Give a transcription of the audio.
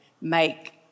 make